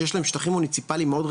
שיש להם שטחים מוניציפליים מאוד רחבים,